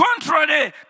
contrary